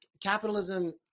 Capitalism